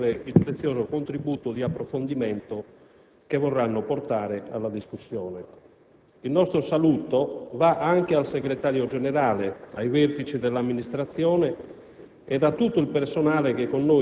che ringrazio già fin d'ora per il prezioso contributo di approfondimento che vorranno portare alla discussione. Il nostro saluto va anche al Segretario generale, ai vertici dell'Amministrazione